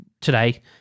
today